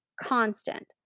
constant